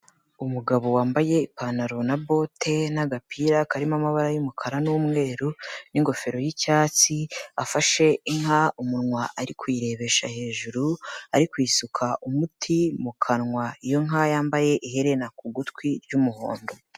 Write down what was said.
Umugabo wambaye ipantaro na bote n'agapira karimo amabara y'umukara n'umweru n'ingofero y'icyatsi, afashe inka umunwa ari kuyirebesha hejuru, ari kuyisuka umuti mu kanwa. Iyo nka yambaye iherena ku gutwi ry'umuhondo.